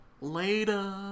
Later